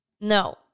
No